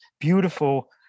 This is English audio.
beautiful